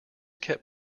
kept